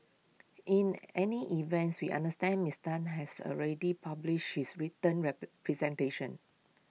in any events we understand Mister Tan has already published his written representation